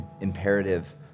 imperative